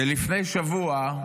לפני שבוע,